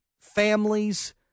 families